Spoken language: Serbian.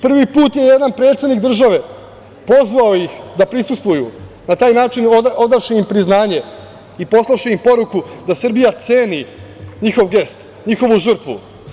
Prvi put je jedan predsednik države pozvao ih da prisustvuju, na taj način odavši im priznanje i poslavši im poruku da Srbija ceni njihov gest, njihovu žrtvu.